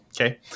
okay